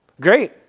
Great